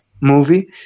movie